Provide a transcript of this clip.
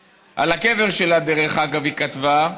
על הקבר שלה, דרך אגב, היא כתבה: